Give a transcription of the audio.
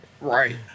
right